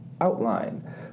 outline